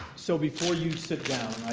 so before you sit down, i